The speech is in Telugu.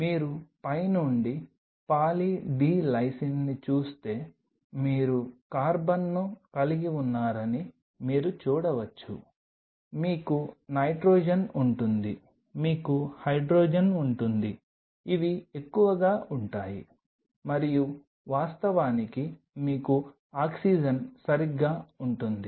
మీరు పై నుండి పాలీ డి లైసిన్ని చూస్తే మీరు కార్బన్ను కలిగి ఉన్నారని మీరు చూడవచ్చు మీకు నైట్రోజన్ ఉంటుంది మీకు హైడ్రోజన్ ఉంటుంది ఇవి ఎక్కువగా ఉంటాయి మరియు వాస్తవానికి మీకు ఆక్సిజన్ సరిగ్గా ఉంటుంది